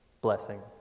blessing